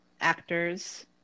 actors